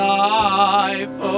life